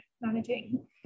managing